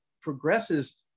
progresses